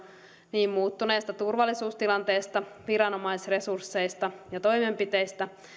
niin muuttuneesta turvallisuustilanteesta viranomaisresursseista ja toimenpiteistä